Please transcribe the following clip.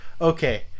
Okay